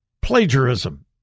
plagiarism